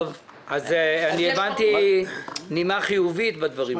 טוב, אז אני הבנתי נימה חיובית בדברים שלך.